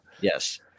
Yes